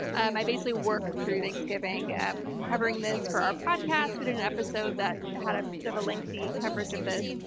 and i basically worked through thanksgiving and covering this for our podcast. we did an episode that did a bit of a lengthy coverage of this.